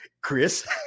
Chris